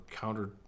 counter